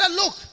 look